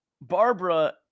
Barbara